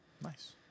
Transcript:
Nice